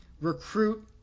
recruit